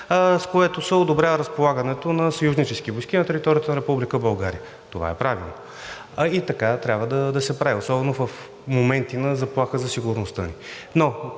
с което се одобрява разполагането на съюзнически войски на територията на Република България. Това е правилно и така трябва да се прави особено в моменти на заплаха за сигурността ни.